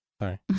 Sorry